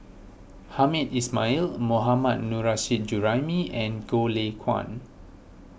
Hamed Ismail Mohammad Nurrasyid Juraimi and Goh Lay Kuan